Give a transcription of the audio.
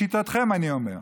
לשיטתכם, אני אומר,